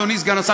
אדוני סגן השר,